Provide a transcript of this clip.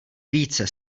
více